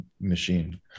machine